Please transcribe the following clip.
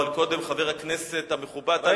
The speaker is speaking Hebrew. אבל קודם חבר הכנסת המכובד טלב אלסאנע,